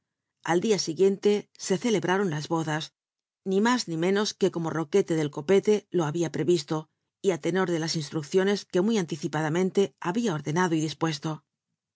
al dia siguie nte e celebr aron las bolla ni más ni menos que como roquete del copee lo habia prerislo y a tenor de las instrucciones que muy anticipadamente habia ordenado y dispuesto